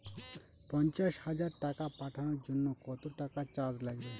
পণ্চাশ হাজার টাকা পাঠানোর জন্য কত টাকা চার্জ লাগবে?